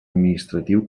administratiu